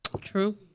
True